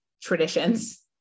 traditions